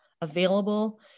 available